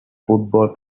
football